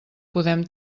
podem